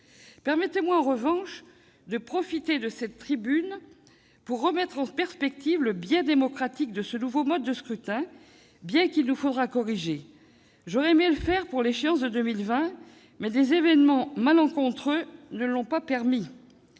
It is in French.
Permettez-moi, toutefois, de profiter de cette tribune pour remettre en perspective le volet démocratique de ce nouveau mode de scrutin, volet qu'il nous faudra corriger. J'aurais aimé le faire pour l'échéance de 2020, mais des événements malencontreux ne l'ont pas permis.